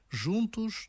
juntos